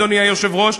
אדוני היושב-ראש,